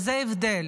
וזה ההבדל.